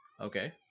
okay